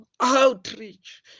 outreach